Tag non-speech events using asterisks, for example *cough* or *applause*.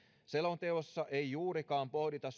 selonteossa ei juurikaan pohdita *unintelligible*